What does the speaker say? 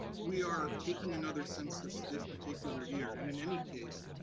we are taking another census this particular year, and in any case,